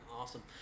awesome